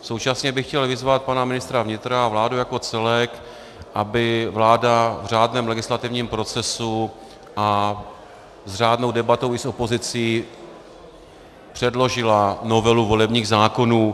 Současně bych chtěl vyzvat pana ministra vnitra a vládu jako celek, aby vláda v řádném legislativním procesu a s řádnou debatou i s opozicí předložila novelu volebních zákonů.